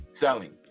selling